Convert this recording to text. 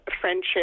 friendship